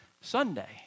Sunday